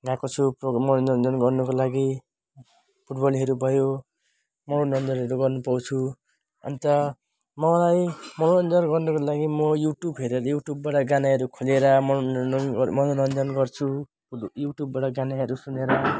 यहाँको छेउको मनोरञ्जन गर्नुको लागि फुटबलहरू भयो मनोरञ्जनहरू गर्नुपाउँछु अन्त मलाई मनोरञ्जन गर्नुको लागि म युट्युब हेरेर युट्युबबाट गानाहरू खोलेर मनोरञ्जन गर्छु युट्युबबाट गानाहरू सुनेर